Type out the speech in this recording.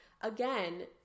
again